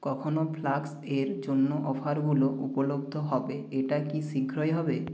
কখনো ফ্লাস্ক এর জন্য অফারগুলো উপলব্ধ হবে এটা কি শীঘ্রই হবে